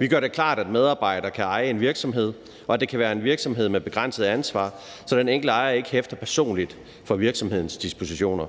Vi gør det klart, at medarbejdere kan eje en virksomhed, og at det kan være en virksomhed med begrænset ansvar, så den enkelte ejer ikke hæfter personligt for virksomhedens dispositioner.